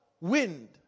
wind